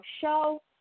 show